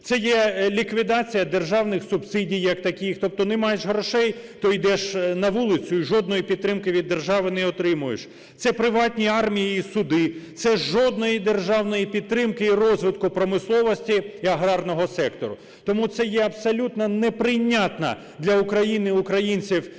Це є ліквідація державних субсидій як таких, тобто не маєш грошей – то йдеш на вулицю, і жодної підтримки від держави не отримуєш. Це приватні армії і суди. Це жодної державної підтримки і розвитку промисловості і аграрного сектору. Тому це є абсолютно неприйнятна для України, українців